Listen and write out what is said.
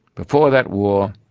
before that war,